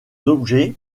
objets